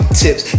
tips